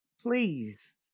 Please